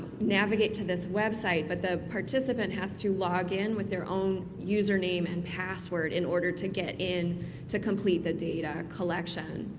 navigate to this website, but the participant has to log in with their own user name and password in order to get in to complete the data collection.